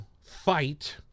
fight